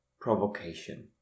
provocation